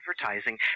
advertising